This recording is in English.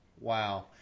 Wow